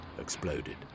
exploded